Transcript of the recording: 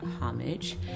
homage